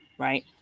Right